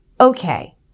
Okay